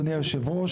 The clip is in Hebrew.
אדוני היושב-ראש,